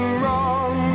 wrong